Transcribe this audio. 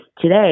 today